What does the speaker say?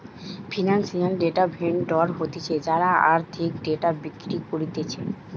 financial data vendor হতিছে যারা আর্থিক ডেটা বিক্রি করতিছে